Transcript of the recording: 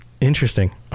Interesting